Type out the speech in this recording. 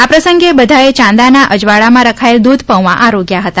આ પ્રસંગે બધાએ ચાંદાના અજવાળામાં રખાયેલા દૂધ પૌંઆ આરોગ્યા હતા